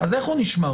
אז איך הוא נשמר?